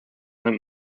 him